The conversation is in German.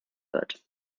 wird